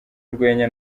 urwenya